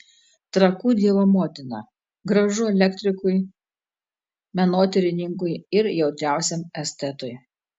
trakų dievo motina gražu elektrikui menotyrininkui ir jautriausiam estetui